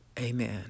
Amen